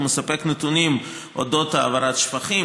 הוא מספק נתונים על העברת שפכים,